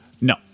No